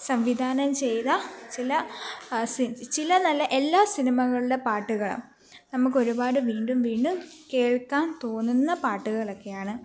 സംവിധാനം ചെയ്ത ചില ചില എന്നല്ല എല്ലാ സിനിമകളുടെ പാട്ടുകളും നമുക്ക് ഒരുപാട് വീണ്ടും വീണ്ടും കേൾക്കാൻ തോന്നുന്ന പാട്ടുകളൊക്കെയാണ്